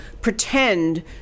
pretend